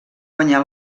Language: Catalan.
guanyar